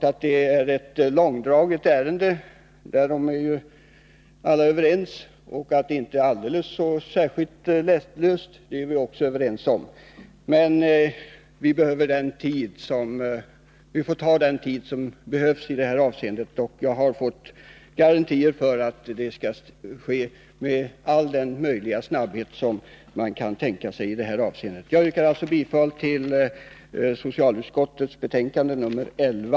Ärendet har blivit långdraget — därom är alla överens — och frågan är inte särskilt lätt att lösa, vilket vi också är överens om, men vi får anslå den tid som behövs. Jag har fått garantier för att arbetet skall bedrivas med all den snabbhet som är möjlig. Jag yrkar bifall till socialutskottets hemställan i betänkandet nr 11.